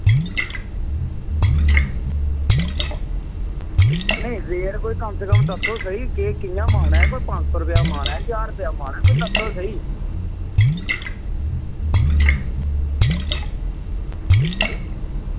नेईं रेट कोई कम से कम दस्सो ते सेई कि'यां मन ऐ कोई पंज सौ रपेआ मन ऐ ज्हार रपेआ मन ऐ कोई दस्सो ते सेई